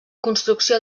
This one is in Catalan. construcció